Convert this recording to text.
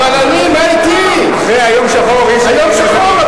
מאיר, זה יום שחור, זה יום שחור.